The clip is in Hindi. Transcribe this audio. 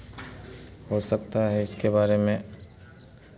हो सकता है इसके बारे में